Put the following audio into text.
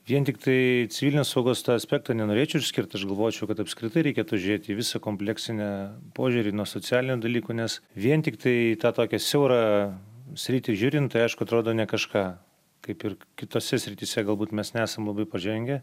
vien tiktai civilinės saugos tą aspektą nenorėčiau išskirt aš galvočiau kad apskritai reikėtų žiūrėt į visą kompleksinę požiūrį nuo socialinių dalykų nes vien tiktai tą tokią siaurą sritį žiūrint tai aišku atrodo ne kažką kaip ir kitose srityse galbūt mes nesam labai pažengę